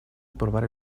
aprobar